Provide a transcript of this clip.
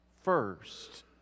first